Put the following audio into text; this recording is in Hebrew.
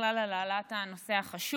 ובכלל על העלאת הנושא החשוב.